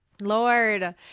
Lord